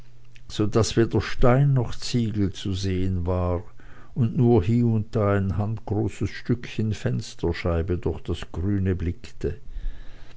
so daß weder stein noch ziegel zu sehen war und nur hie und da ein handgroßes stückchen fensterscheibe durch das grüne